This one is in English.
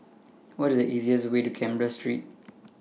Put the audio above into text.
What IS The easiest Way to Canberra Street